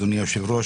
אדוני היושב-ראש,